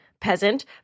peasant